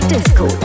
Disco